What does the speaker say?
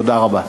תודה רבה.